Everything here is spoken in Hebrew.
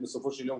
בסופו של יום,